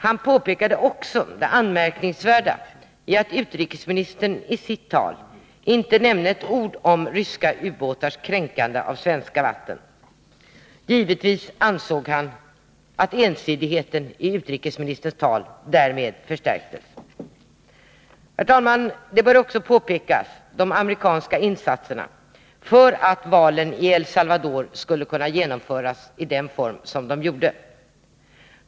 Han påpekade också det anmärkningsvärda i att utrikesministern i sitt tal inte nämnde ett ord om ryska ubåtars kränkande av svenska vatten. Givetvis ansåg han att ensidigheten i utrikesministerns tal därmed förstärktes. Herr talman! Här bör särskilt påpekas de amerikanska insatserna för att valen i El Salvador skulle kunna genomföras i den form som skedde.